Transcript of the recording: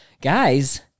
Guys